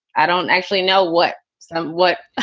i don't actually know what so what,